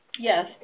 Yes